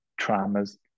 traumas